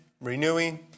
renewing